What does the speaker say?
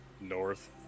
North